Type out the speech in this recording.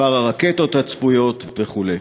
מספר הרקטות הצפויות וכו'